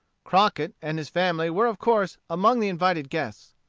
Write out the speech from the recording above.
crockett and his family were of course among the invited guests.